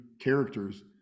characters